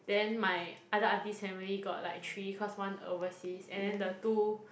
then my other aunty's family got like three cause one overseas and then the two